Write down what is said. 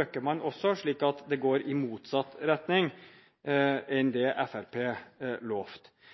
øker man også, slik at det går i motsatt retning